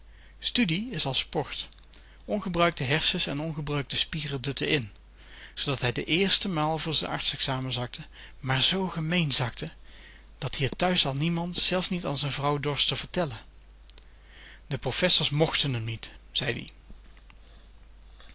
is als sport ongebruikte hersens en ongebruikte spieren dutten in zoodat hij de éérste maal voor z'n artsexamen zakte maar zoo gemeen zakte dat-ie t thuis an niemand zelfs niet an z'n vrouw dorst te vertellen de professors mochten m niet zei